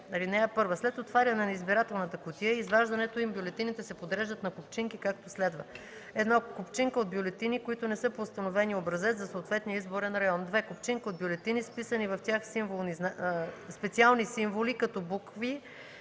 След отваряне на избирателната кутия и изваждането им бюлетините се подреждат на купчинки, както следва: 1. купчинка от бюлетини, които не са по установения образец за съответния изборен район; 2. купчинка от бюлетини с вписани в тях специални символи като букви,